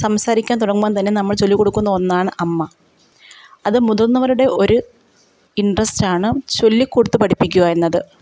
സംസാരിക്കാൻ തുടങ്ങുമ്പം തന്നെ നമ്മൾ ചൊല്ലിക്കൊടുക്കുന്ന ഒന്നാണ് അമ്മ അത് മുതിർന്നവരുടെ ഒരു ഇൻട്രസ്റ്റ് ആണ് ചൊല്ലിക്കൊടുത്ത് പഠിപ്പിക്കുക എന്നത്